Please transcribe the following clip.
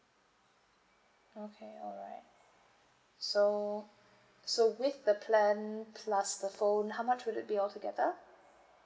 okay alright so so with the plan plus the phone how much would it be altogether